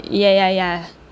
ya ya ya